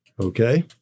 Okay